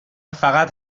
فقط